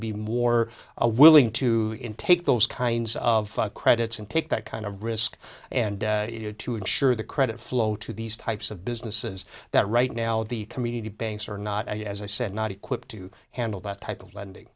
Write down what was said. be more a willing to take those kinds of credits and take that kind of risk and to ensure the credit flow to these types of businesses that right now the community banks are not as i said not equipped to handle that type of lending